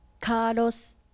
Carlos